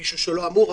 מי שלא אמור.